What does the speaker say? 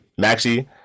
Maxi